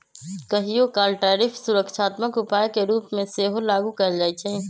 कहियोकाल टैरिफ सुरक्षात्मक उपाय के रूप में सेहो लागू कएल जाइ छइ